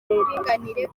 uburinganire